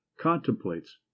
contemplates